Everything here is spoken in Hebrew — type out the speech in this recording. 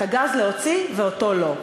את הגז להוציא ואותו לא.